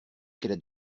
qu’elle